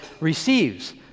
receives